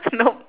nope